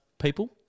people